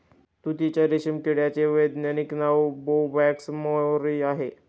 तुतीच्या रेशीम किड्याचे वैज्ञानिक नाव बोंबॅक्स मोरी आहे